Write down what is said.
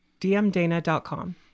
DMDana.com